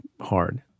hard